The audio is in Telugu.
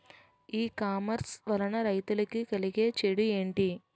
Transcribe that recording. ఈ కామర్స్ వలన రైతులకి కలిగే చెడు ఎంటి?